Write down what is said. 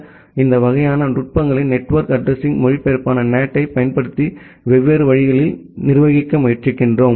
எனவே நாங்கள் முன்னர் விவாதித்த இந்த வகையான நுட்பங்களை நெட்வொர்க் அட்ரஸிங் மொழிபெயர்ப்பான NAT ஐப் பயன்படுத்தி வெவ்வேறு வழிகளில் நிர்வகிக்க முயற்சிக்கிறோம்